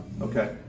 Okay